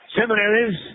seminaries